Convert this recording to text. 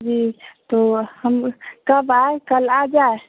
जी तो हम कब आए कल आ जाए